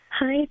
Hi